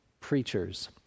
preachers